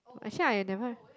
actually I never